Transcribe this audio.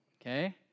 okay